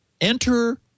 enter